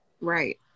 Right